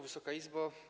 Wysoka Izbo!